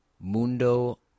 mundo